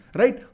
right